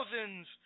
thousands